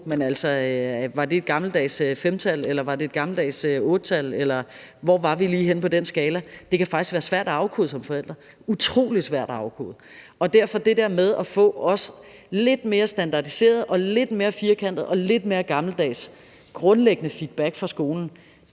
men svarer det til et gammeldags 5-tal eller et gammeldags 8-tal, eller hvor er vi lige henne på den skala? Det kan faktisk være svært at afkode som forældre, utrolig svært at afkode. Og derfor mener jeg sådan set, at det der med at få en lidt mere standardiseret, en lidt mere firkantet og en lidt mere gammeldags, grundlæggende feedback fra skolen,